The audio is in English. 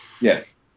Yes